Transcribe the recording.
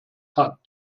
hat